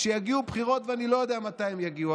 כשיגיעו בחירות, ואני לא יודע מתי הן יגיעו.